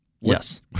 Yes